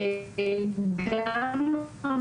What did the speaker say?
הניתוק של